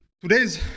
Today's